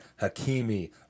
Hakimi